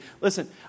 Listen